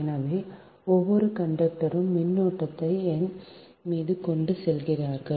எனவே ஒவ்வொரு கண்டக்டர்ரும் மின்னோட்டத்தை என் மீது கொண்டு செல்வார்கள்